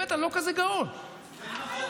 הרי בתזכיר של חוק ההסדרים שליברמן פרסם הייתה קרן ארנונה.